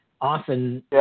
often